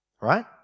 Right